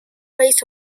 rays